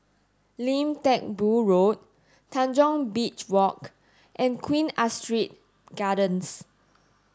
Lim Teck Boo Road Tanjong Beach Walk and Queen Astrid Gardens